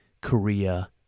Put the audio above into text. Korea